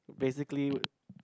basically